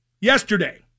yesterday